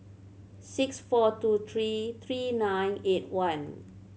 six four two three three nine eight one